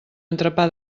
entrepà